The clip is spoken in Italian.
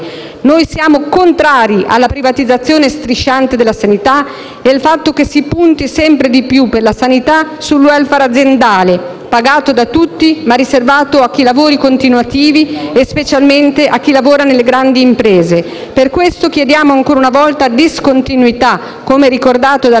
Noi siamo contrari alla privatizzazione strisciante della sanità e al fatto che si punti sempre di più, per la sanità, sul *welfare* aziendale, pagato da tutti, ma riservato a chi ha lavori continuativi e specialmente a chi lavora nelle grandi imprese. Per questo chiediamo ancora una volta discontinuità, come ricordato dalla senatrice